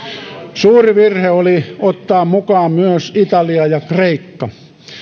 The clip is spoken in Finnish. suuri virhe oli ottaa mukaan myös italia ja kreikka